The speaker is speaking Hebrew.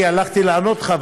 כי הלכתי לענות לך,